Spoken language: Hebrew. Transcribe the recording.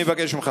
אני מבקש ממך,